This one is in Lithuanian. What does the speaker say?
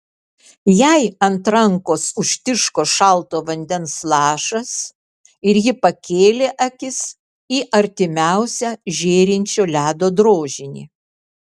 jai ant rankos užtiško šalto vandens lašas ir ji pakėlė akis į artimiausią žėrinčio ledo drožinį